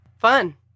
Fun